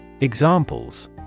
Examples